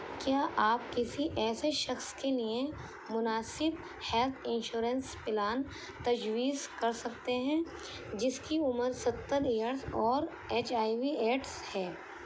کیا آپ کسی ایسے شخص کے لیے مناسب ہیلتھ انشورنس پلان تجویز کر سکتے ہیں جس کی عمر ستر ایئرس اور ایچ آئی وی ایڈس ہے